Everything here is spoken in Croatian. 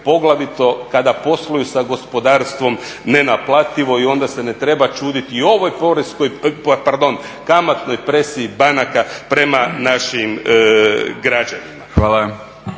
poglavito kada posluju sa gospodarstvom nenaplativa. I onda se ne treba čuditi i ovoj kamatnoj presiji banaka prema našim građanima.